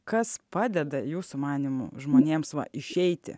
kas padeda jūsų manymu žmonėms va išeiti